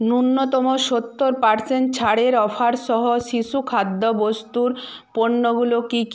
ন্যূনতম সত্তর পার্সেন্ট ছাড়ের অফারসহ শিশু খাদ্য বস্তুর পণ্যগুলো কী কী